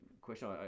question